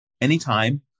anytime